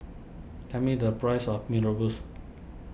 tell me the price of Mee Rebus